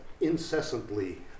incessantly